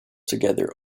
together